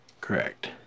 Correct